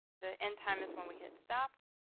the end time is when we hit stop,